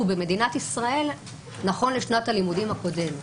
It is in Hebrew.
במדינת ישראל נכון לשנת הלימודים הקודמת,